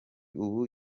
ubu